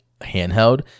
handheld